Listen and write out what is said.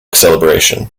celebration